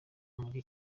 muri